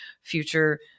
future